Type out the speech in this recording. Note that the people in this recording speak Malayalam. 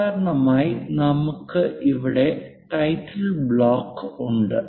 സാധാരണയായി നമുക്ക് ഇവിടെ ടൈറ്റിൽ ബ്ലോക്ക് ഉണ്ട്